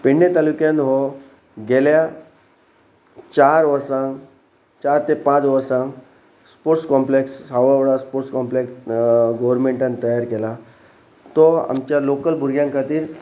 पेडणे तालुक्यान हो गेल्या चार वर्सां चार ते पांच वर्सांक स्पोर्ट्स कॉम्प्लेक्स साव वडा स्पोर्ट्स कॉम्प्लेक्स गोवर्मेंटान तयार केला तो आमच्या लोकल भुरग्यां खातीर